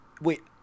Wait